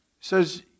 says